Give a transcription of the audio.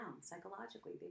psychologically